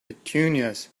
petunias